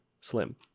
Slim